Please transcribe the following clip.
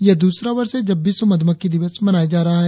यह द्रसरा वर्ष है जब विश्व मध्रमक्खी दिवस मनाया जा रहा है